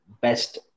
best